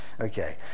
Okay